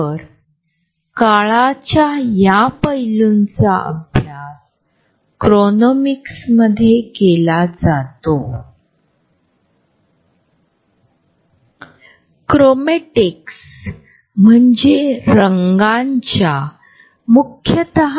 परिसराच्या आणि परिस्थितीनुसार वैयक्तिक जागा बदलते परंतु स्वेच्छेने ते केले जात नाही तर यामुळे खूप ताण निर्माण होऊ शकतो